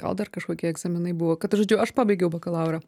gal dar kažkokie egzaminai buvo kad žodžiu aš pabaigiau bakalaurą